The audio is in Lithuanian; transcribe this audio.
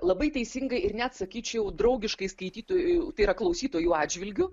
labai teisingai ir net sakyčiau draugiškai skaitytojų tai yra klausytojų atžvilgiu